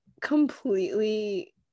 completely